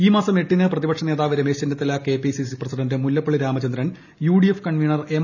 ഈ മാസം എട്ടിന് പ്രതിപക്ഷ നേതാവ് Ramesh Chennithala KPCC president Mullappally Ramachandran UDF convener M